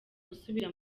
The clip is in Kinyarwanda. gusubira